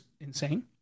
insane